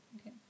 Okay